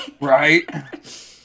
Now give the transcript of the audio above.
Right